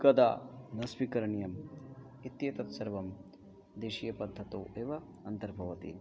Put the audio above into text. कदा न स्वीकरणीयम् इत्येतत् सर्वं देशीयपद्धतौ एव अन्तर्भवति